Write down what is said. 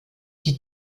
die